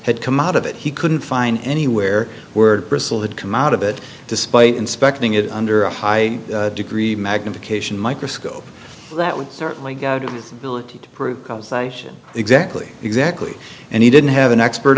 had come out of it he couldn't find anywhere where bristol had come out of it despite inspecting it under a high degree magnification microscope that would certainly go to realty to prove causation exactly exactly and he didn't have an expert